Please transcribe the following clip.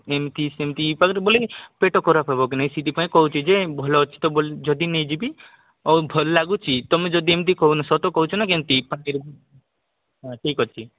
ଏମିତି ସେମିତି ପାଖରେ ବୋଲି ପେଟ ଖରାପ ହେବ କି ନାହିଁ ସେଇଥିପାଇଁ କହୁଛି ଯେ ଭଲ ଅଛି ତ ବୋଲି ଯଦି ନେଇଯିବି ଆଉ ଭଲ ଲାଗୁଛି ତୁମେ ଯଦି ଏମିତି କହୁନ ସତ କହୁଛ ନା କେମିତି ପାଟିରେ ହଁ ଠିକ୍ ଅଛି